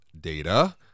data